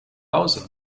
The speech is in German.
hause